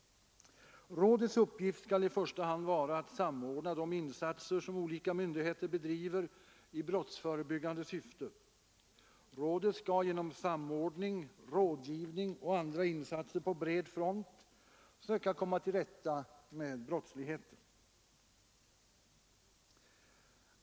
Rådets uppgift skall i första hand vara att samordna de insatser som olika myndigheter utför i brottsförebyggande syfte. Rådet skall genom samordning, rådgivning och andra insatser på bred front söka komma till rätta med brottsligheten.